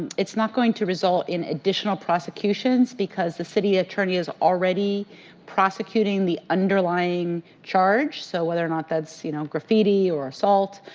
it is not going to result in additional prosecutions, because the city attorney is already prosecuting the underlying charge, so whether or not that is so you know graffiti or assault,